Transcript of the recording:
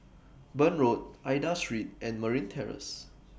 Burn Road Aida Street and Marine Terrace